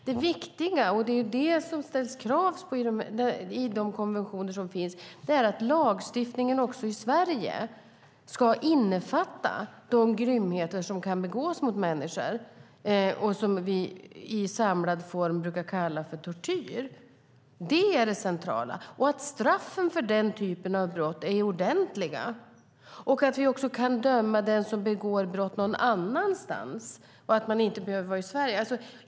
Det viktiga är, och det är det som det ställs krav på i de konventioner som finns, att lagstiftningen i Sverige ska innefatta de grymheter som kan begås mot människor och som vi samlat brukar för tortyr. Det är det centrala och att straffen för den typen av brott är ordentliga, att vi kan döma också den som begår brott någon annanstans än i Sverige.